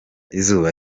izuba